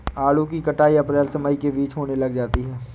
आड़ू की कटाई अप्रैल से मई के बीच होने लग जाती है